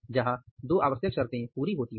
जहां दो आवश्यक शर्तें पूरी होती हों